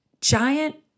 giant